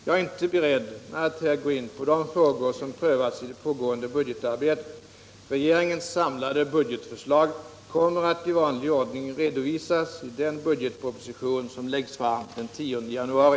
Jag är inte beredd att här gå in på de frågor som prövas i det pågående budgetarbetet. Regeringens samlade budgetförslag kommer att i vanlig ordning redovisas i den budgetproposition som läggs fram den 10 januari.